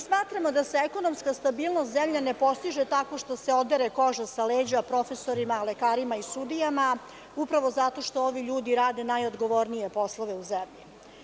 Smatramo da se ekonomska stabilnost zemlje ne postiže tako što se odere koža sa leđa profesorima, lekarima i sudijama zato što ovi ljudi rade najodgovornije poslove u zemlji.